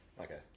Okay